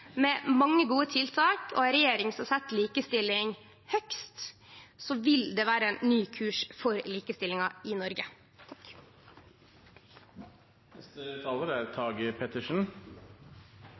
mange gode tiltak, og med ei regjering som set likestilling høgst, vil det vere ein ny kurs for likestillinga i Noreg.